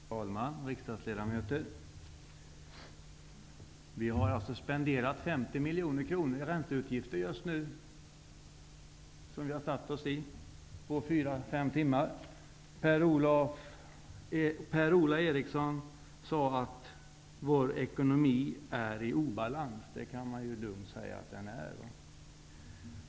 Herr talman! Riksdagsledamöter! Vi har just nu spenderat 50 miljoner kronor i ränteutgifter på fyra, fem timmar. Per-Ola Eriksson sade att vår ekonomi är i obalans. Det kan man lugnt säga att den är.